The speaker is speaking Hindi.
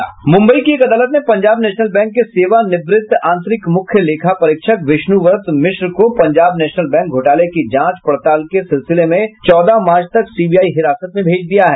मुंबई की एक अदालत ने पंजाब नेशनल बैंक के सेवा निवृत आंतरिक मुख्य लेखा परीक्षक बिष्णुब्रत मिश्र को पंजाब नेशनल बैंक घोटाले की जांच पड़ताल के सिलसिले में चौदह मार्च तक सीबीआई हिरासत में भेज दिया है